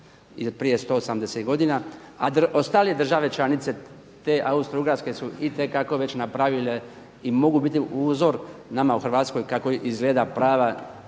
prije 180 godina, a ostale države članice te Austro-Ugarske su i te kako već napravile i mogu biti uzor nama u Hrvatskoj kako izgleda prava